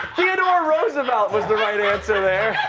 theodore roosevelt was the right answer there.